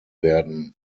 werden